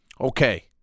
Okay